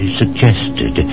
suggested